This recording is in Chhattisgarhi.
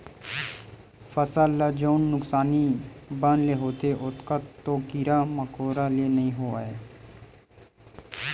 फसल ल जउन नुकसानी बन ले होथे ओतका तो कीरा मकोरा ले नइ होवय